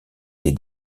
des